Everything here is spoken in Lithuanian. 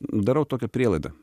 darau tokią prielaidą